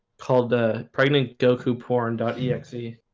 called ah pregnant goku porn yeah exe.